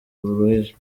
buruhije